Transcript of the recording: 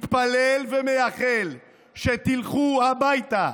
מתפלל ומייחל שתלכו הביתה,